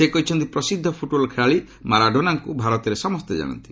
ସେ କହିଛନ୍ତି ପ୍ରସିଦ୍ଧ ଫୁଟବଲ ଖେଳାଳି ମାରାଡୋନାଙ୍କୁ ଭାରତରେ ସମସ୍ତେ ଜାଣନ୍ତି